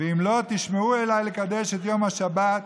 ואם לא תשמעו אלי לקדש את יום השבת,